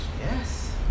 Yes